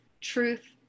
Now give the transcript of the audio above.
truth